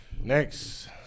Next